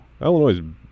Illinois